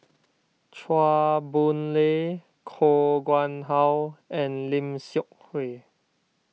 Chua Boon Lay Koh Nguang How and Lim Seok Hui